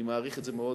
אני מעריך את זה מאוד.